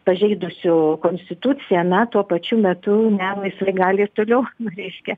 pažeidusiu konstituciją na tuo pačiu metu neva jisai gali ir toliau ru reiškia